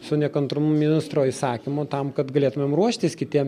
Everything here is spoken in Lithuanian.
su nekantrumu ministro įsakymo tam kad galėtumėm ruoštis kitiems